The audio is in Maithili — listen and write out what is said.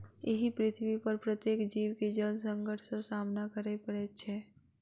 एहि पृथ्वीपर प्रत्येक जीव के जल संकट सॅ सामना करय पड़ैत छै